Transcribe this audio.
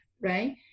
right